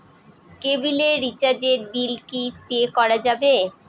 কেবিলের রিচার্জের বিল কি পে করা যাবে?